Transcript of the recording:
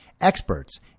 Experts